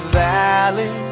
valley